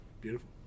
Beautiful